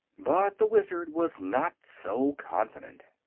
but the wizard was not so confident.